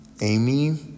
Amy